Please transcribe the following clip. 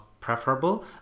preferable